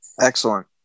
Excellent